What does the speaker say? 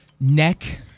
Neck